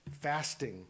fasting